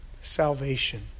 salvation